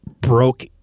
broke